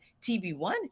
TB1